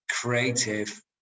creative